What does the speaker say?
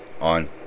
on